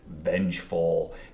vengeful